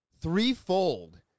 threefold